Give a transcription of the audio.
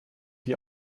die